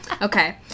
Okay